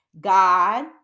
God